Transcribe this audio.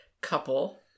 couple